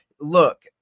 look